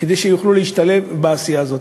כדי שיוכלו להשתלב בעשייה הזאת.